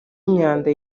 imyanda